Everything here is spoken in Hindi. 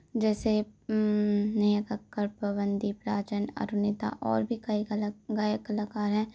जैसे नेहा कक्कड़ पवनदीप राजन अरूणिता और भी कई कला गायक कलाकार हैं